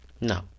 No